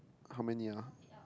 how many ah